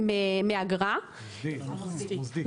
מאגרה --- המוסדי.